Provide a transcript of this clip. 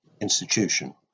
institution